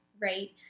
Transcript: Right